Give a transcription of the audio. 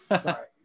Sorry